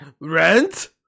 Rent